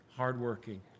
hardworking